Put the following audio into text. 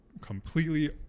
completely